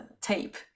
tape